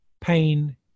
pain